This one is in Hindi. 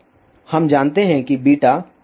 हम जानते हैं βksin और kv